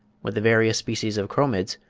with the various species of chromids,